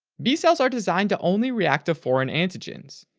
b cells are designed to only react to foreign antigens,